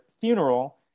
funeral